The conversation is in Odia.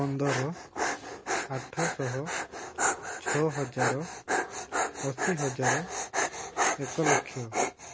ପନ୍ଦର ଆଠଶହ ଛଅ ହଜାର ଅଶୀ ହଜାର ଏକଲକ୍ଷ